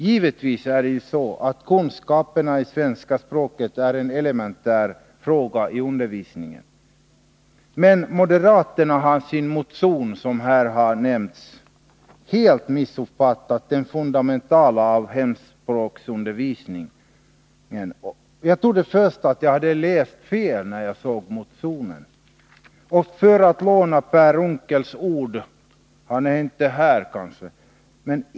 Givetvis är kunskaperna i svenska språket en elementär fråga i undervisningen, men moderaterna har i sin motion som här har nämnts helt missuppfattat det fundamentala i hemspråksundervisningen. Jag trodde först att jag hade läst fel när jag såg motionen. Låt mig anknyta till Per Unckels ord — även om han inte är här.